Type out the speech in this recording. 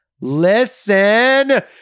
listen